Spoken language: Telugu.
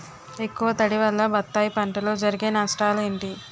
ఎక్కువ తడి వల్ల బత్తాయి పంటలో జరిగే నష్టాలేంటి?